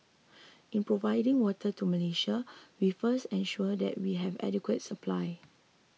in providing water to Malaysia we first ensure that we have adequate supply